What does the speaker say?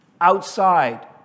outside